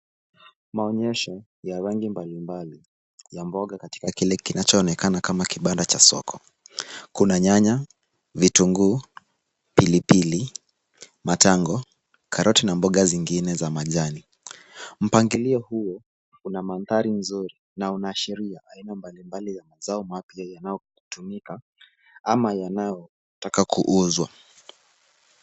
Maonyesho ya rangi mbalimbali ya mboga katika kile kinachoonekana kama kibanda cha soko. Kuna nyanya, vitunguu, pilipili, matango, karoti na mboga zingine za majani. Mpangilio huo una mandhari mzuri na unaashiria aina mbalimbali ya mazao mapya yanayotumika au yanayotaka kuuzwa.